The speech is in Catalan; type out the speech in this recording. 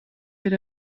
per